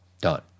Done